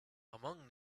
among